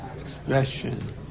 expression